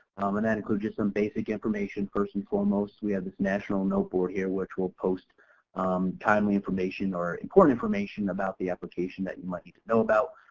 um and that includes just some basic information first and foremost, we have this national note board here which will post timely information or important information about the application that you might need to know about.